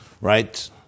right